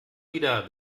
wieder